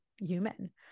human